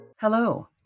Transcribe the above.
Hello